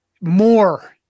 more